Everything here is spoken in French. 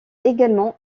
également